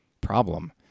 problem